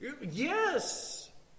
Yes